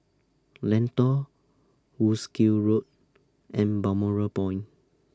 Lentor Wolskel Road and Balmoral Point